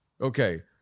Okay